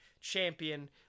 champion